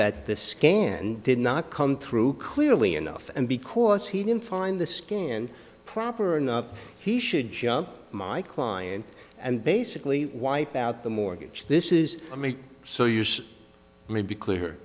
that the scan did not come through clearly enough and because he didn't find the stand proper enough he should jump my client and basically wipe out the mortgage this is a me so use me be clear